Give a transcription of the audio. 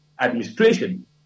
administration